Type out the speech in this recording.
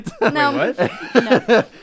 No